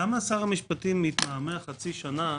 למה שר המשפטים מתמהמה חצי שנה?